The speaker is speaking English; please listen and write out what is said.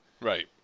Right